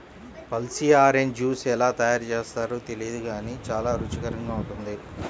pulpy orange juice ఎలా తయారు చేస్తారో తెలియదు గానీ చాలా రుచికరంగా ఉంటుంది